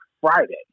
Friday